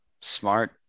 smart